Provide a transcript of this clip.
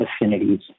affinities